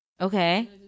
okay